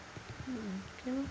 mm okay lor